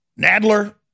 Nadler